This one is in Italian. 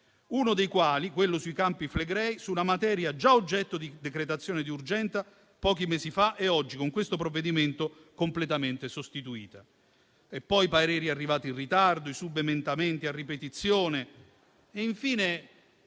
uno dei quali, quello sui Campi Flegrei, su una materia già oggetto di decretazione di urgenza pochi mesi fa e che oggi, con questo provvedimento, è completamente sostituito. Poi, cito i pareri arrivati in ritardo, subemendamenti a ripetizione e infine